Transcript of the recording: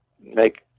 make